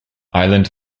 island